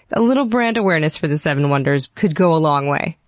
a little brand-awareness for the seven wonders could go a long way.